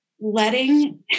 letting